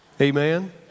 Amen